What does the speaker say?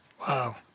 Wow